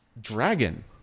dragon